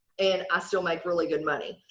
and i still make really good money.